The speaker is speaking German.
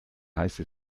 heiße